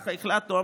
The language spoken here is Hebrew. ככה החלטנו.